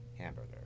hamburger